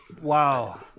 wow